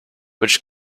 which